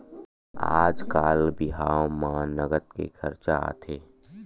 आजकाल बिहाव म नँगत के खरचा आथे